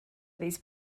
these